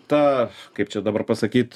ta kaip čia dabar pasakyt